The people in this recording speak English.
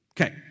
Okay